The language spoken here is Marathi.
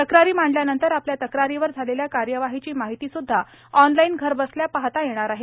तक्रारी मांडल्या नंतर आपल्या तक्रारी वर झालेल्या कार्यवाहीची माहिती सुद्धा ऑनलाईन घरबसल्या पाहता येणार आहे